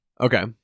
Okay